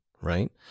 Right